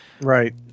Right